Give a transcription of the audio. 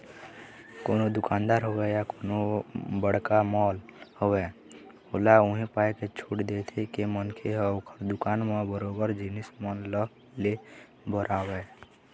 कोनो दुकानदार होवय या कोनो बड़का मॉल होवय ओहा उही पाय के छूट देथे के मनखे ह ओखर दुकान म बरोबर जिनिस मन ल ले बर आवय